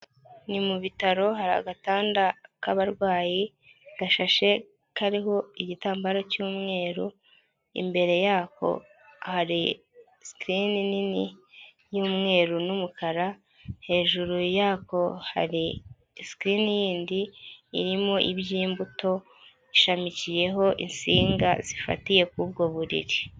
Ni mu bitaro hari agatanda k'abarwayi gashashe kariho igitambaro cy'umweru, imbere y'ako hari sikirini nini y'umweru n'umukara, hejuru y'ako hari sikirini yindi irimo iby'imbuto, ishamikiyeho insinga zifatiye k'ubwo buriri.